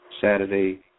Saturday